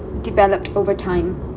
developed over time